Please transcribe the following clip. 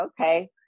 okay